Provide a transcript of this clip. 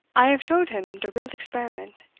i have showed him de real experiment.